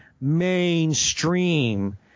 mainstream